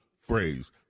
phrase